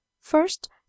First